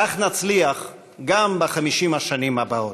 כך נצליח גם ב-50 השנים הבאות.